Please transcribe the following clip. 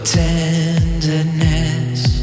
tenderness